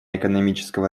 экономического